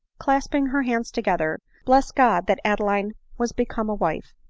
clasping her hands together, blessed god that adeline was become a wife.